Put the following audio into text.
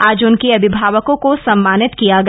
आज उनके अभिभावको को सम्मानित किया गया